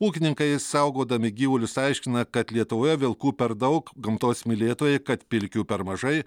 ūkininkai saugodami gyvulius aiškina kad lietuvoje vilkų per daug gamtos mylėtojai kad pilkių per mažai